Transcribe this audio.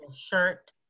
shirt